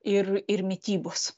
ir ir mitybos